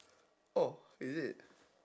oh is it